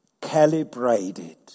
calibrated